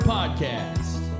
Podcast